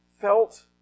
felt